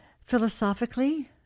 Philosophically